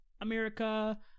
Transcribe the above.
America